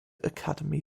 academy